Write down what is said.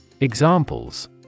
Examples